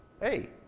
Hey